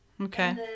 Okay